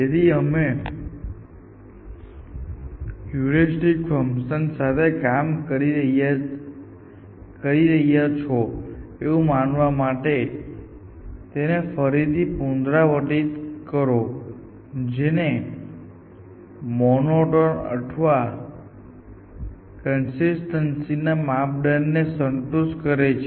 તેથી તમે heuristic function સાથે કામ કરી રહ્યા છો એવું માનવા માટે તેને ફરીથી પુનરાવર્તિત કરો જે મોનોટોન અથવા કન્સિસ્ટન્સી ના માપદંડોને સંતુષ્ટ કરે છે